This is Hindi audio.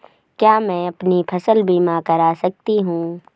क्या मैं अपनी फसल बीमा करा सकती हूँ?